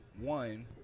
one